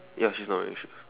ya she's not wearing shoes